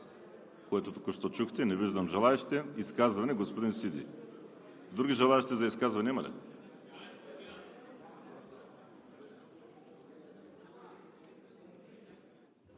което току-що чухте? Не виждам желаещи. Изказване – господин Сиди. Други желаещи за изказване има ли?